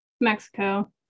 Mexico